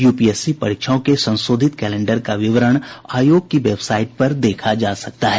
UPSC परीक्षाओं के संशोधित कैलेंडर का विवरण आयोग की वेबसाइट पर देखा जा सकता है